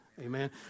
Amen